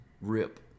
rip